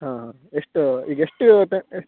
ಹಾಂ ಎಷ್ಟು ಈಗ ಎಷ್ಟು